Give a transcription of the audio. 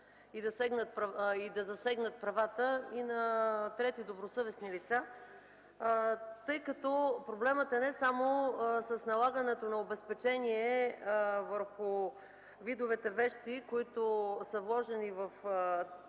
и засегнат правата и на трети добросъвестни лица. Проблемът е не само с налагането на обезпечение върху видовете вещи, които са вложени в трезори,